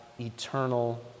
eternal